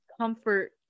comfort